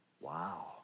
Wow